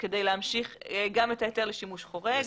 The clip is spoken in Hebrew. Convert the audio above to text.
כדי להמשיך גם את ההיתר לשימוש חורג.